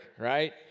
right